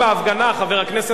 חבר הכנסת חסון.